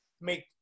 make